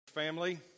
Family